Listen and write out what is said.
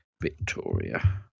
Victoria